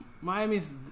Miami's